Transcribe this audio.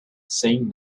saying